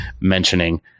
mentioning